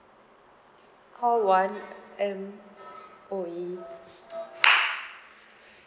call one M_O_E